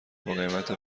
باقیمت